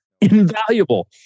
invaluable